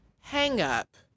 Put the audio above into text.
hang-up